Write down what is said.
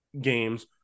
games